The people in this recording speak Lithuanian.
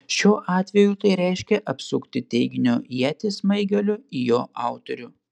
šiuo atveju tai reiškia apsukti teiginio ietį smaigaliu į jo autorių